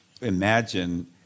imagine